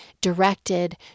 directed